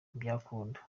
ntibyakunda